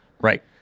Right